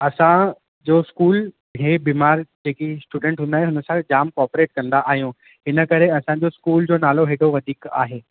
असां जो स्कूल हीए बिमार जेकी स्टूडेंट हूंदा आहिनि हुन सां बि जामु कोपरेट कंदा आहियूं इन करे असां जो स्कूल जो नालो हेॾो वधीक आहे